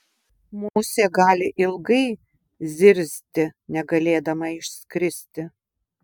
musė gali ilgai zirzti negalėdama išskristi